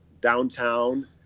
downtown